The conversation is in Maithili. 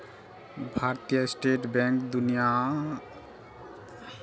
भारतीय स्टेट बैंक दुनियाक तैंतालिसवां सबसं पैघ बैंक छियै